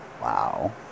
Wow